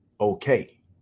okay